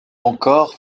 encore